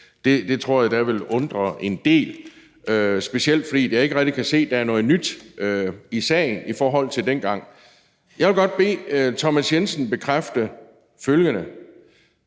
Det tror jeg da vil undre en del og specielt mig, fordi jeg ikke rigtig kan se, der er noget nyt i sagen i forhold til dengang. Jeg vil godt bede hr. Thomas Jensen bekræfte følgende: